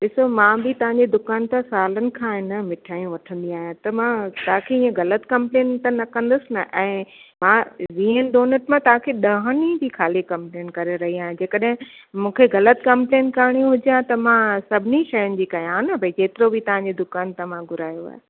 ॾिसो मां बि तव्हां जी दुकान तां सालनि खां आहिनि मिठाइयूं वठंदी आहियां त मां तव्हां खे ईअं ग़लति कंप्लेन त न कंदसि न ऐं मां वीहनि डोनट मां तव्हां खे ॾहनि ई जी खाली कंप्लेन करे रही आहियां जे कॾहिं मूंखे ग़लति कंप्लेन करिणी हुजे आहे त मां सभिनी शयुनि जी कयां हा न भई जेतिरो बि तव्हां जी दुकान तां मां घुरायो आहे